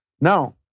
Now